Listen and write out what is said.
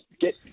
get